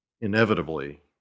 inevitably